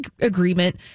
agreement